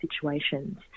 situations